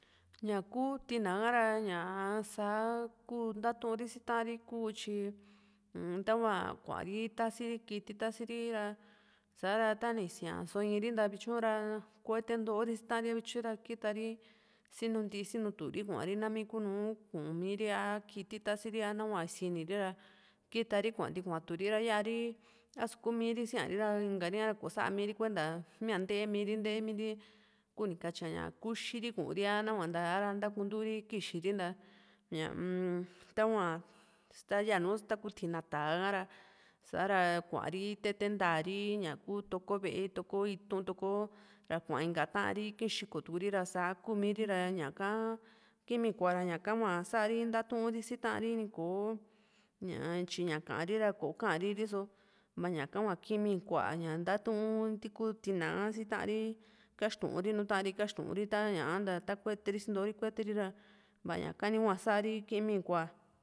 ña ku tina ka ña sá kuu ntatu ri si ta´an ri ku tyi utahua kuári tasiiri kiti tasiri ra sa´ra tani sía´só in´ri nta vityu ra kuete nto´o si ta´an ri vityu ra kitari sinunti siinutu ri kuári nami kuu nùù ku´miri a kiti ta´si a nahua siini ra kitari kuanti kuaturi ra ya´ri a´su kuu´mi ri siári ra kò´o sámiri kuenta mía nte´e miri nte´e miri kuni katyía ña kuxiri kúu´ri a nahua nta kunturi kixi ri nta ñaa-m tahua yanu tá kú tina tá´a ka´ra sa´ra kuari tete nta´ri ña ku toko ve´e toko itu´n toko ra kuaa inka ta´a n ri ki xíko tu´ri ra saa kuu´mi ri ra ñaka kíimi kua´ra ñaka hua sa´a ri ntaturi si ta´an ri kò´o ña tyí ña kaa´ri ra koo kaa´ri riso vaa ñaka hua kíimi kua ña ntatuun tiku tina ka si taari kaxturi núu ta´an ri kaxturi t´a ña´a nta kuete ri si nto´o ri kuete ri ra va´a ña´ka ni hua sa´ri kíimi kua